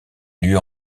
lieu